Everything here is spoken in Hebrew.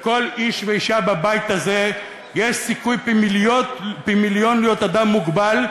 לכל איש ואישה בבית הזה יש סיכוי פי-מיליון להיות אדם מוגבל,